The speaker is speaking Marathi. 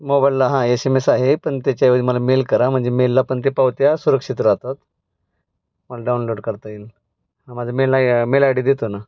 मोबाईलला हां एस एम एस आहे पण त्याच्याऐवजी मला मेल करा म्हणजे मेलला पण ते पावत्या सुरक्षित राहतात मला डाउनलोड करता येईल हां माझा मेलला मेल आय डी देतो ना